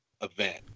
event